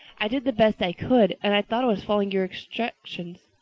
i did the best i could and i thought i was following your instructions.